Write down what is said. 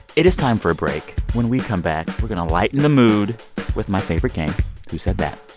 it is time for a break. when we come back, we're going to lighten the mood with my favorite game who said that?